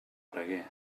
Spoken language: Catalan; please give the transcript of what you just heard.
braguer